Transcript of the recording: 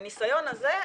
בניסיון הזה,